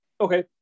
Okay